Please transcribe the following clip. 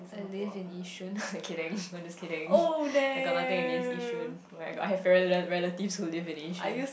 i live in Yishun kidding no I'm just kidding I got nothing against Yishun oh my god I have got rela~ relatives who live in Yishun